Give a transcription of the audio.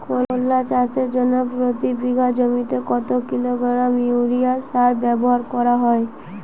করলা চাষের জন্য প্রতি বিঘা জমিতে কত কিলোগ্রাম ইউরিয়া সার ব্যবহার করা হয়?